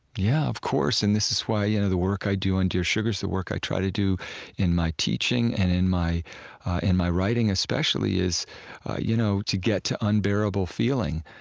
yeah, of course, and this is why you know the work i do on dear sugars, the work i try to do in my teaching and in my in my writing, especially, is you know to get to unbearable feeling.